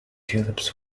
tulips